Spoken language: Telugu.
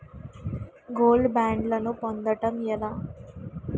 గోల్డ్ బ్యాండ్లను పొందటం ఎలా?